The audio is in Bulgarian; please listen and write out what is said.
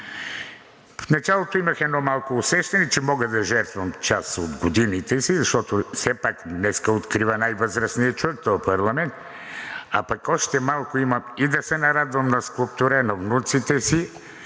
В началото имах едно малко усещане, че мога да жертвам част от годините си, защото все пак днес открива най-възрастният човек този парламент, а пък още малко имам и да се нарадвам на скулптура, на внуците си